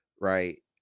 Right